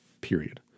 period